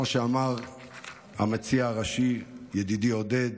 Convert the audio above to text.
כמו שאמר המציע הראשי ידידי עודד,